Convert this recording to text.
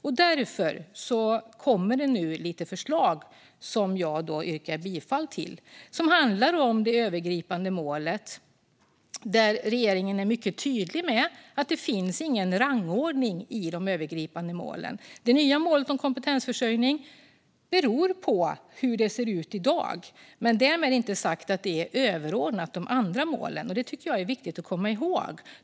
Jag yrkar därför bifall till dagens förslag, som handlar om de övergripande målen. Regeringen är mycket tydlig med att det inte finns någon rangordning i de övergripande målen. Det nya målet om kompetensförsörjning handlar om hur det ser ut i dag, men det är därmed inte sagt att det är överordnat de andra målen. Det är viktigt att komma ihåg.